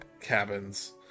cabins